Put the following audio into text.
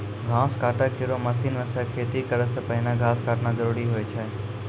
घास काटै केरो मसीन सें खेती करै सें पहिने घास काटना जरूरी होय छै?